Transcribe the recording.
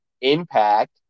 Impact